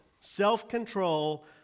self-control